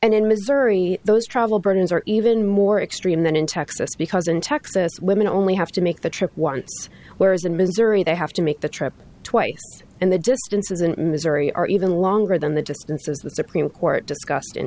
and in missouri those travel burdens are even more extreme than in texas because in texas women only have to make the trip once whereas in missouri they have to make the trip twice and the distances and missouri are even longer than the distances the supreme court discussed in